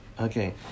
Okay